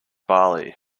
bali